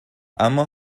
اما